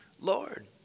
Lord